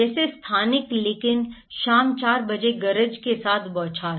जैसे स्थानिक लेकिन शाम 4 बजे गरज के साथ बौछार